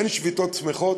אין שביתות שמחות,